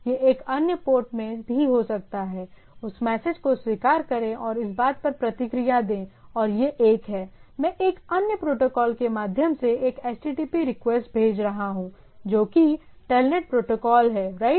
यह एक अन्य पोर्ट में भी हो सकता है उस मैसेज को स्वीकार करें और इस बात पर प्रतिक्रिया दें और यह एक है मैं एक अन्य प्रोटोकॉल के माध्यम से एक HTTP रिक्वेस्ट भेज रहा हूं जो कि एक TELNET प्रोटोकॉल है राइट